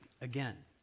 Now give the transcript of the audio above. again